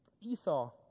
Esau